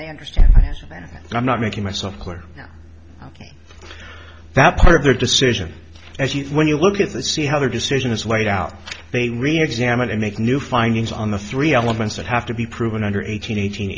they understand that i'm not making myself clear that part of their decision as you when you look at the see how their decision is weighed out they reexamine and make new findings on the three elements that have to be proven under eighteen eighteen